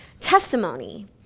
testimony